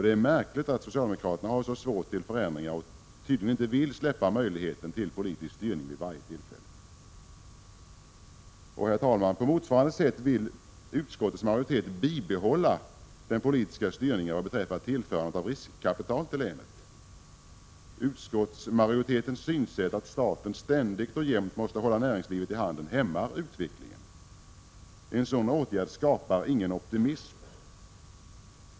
Det är märkligt att socialdemokraterna har så svårt att göra förändringar och tydligen inte vill släppa möjligheten till politisk styrning vid varje tillfälle. Herr talman! På motsvarande sätt vill utskottsmajoriteten bibehålla den politiska styrningen vad beträffar tillförandet av riskkapital till länet. Utskottsmajoritetens synsätt att staten ständigt och jämt måste hålla näringslivet i handen hämmar utvecklingen. En sådan åtgärd skapar ingen optimism.